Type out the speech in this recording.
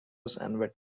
wetlands